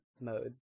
mode